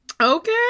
Okay